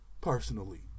Personally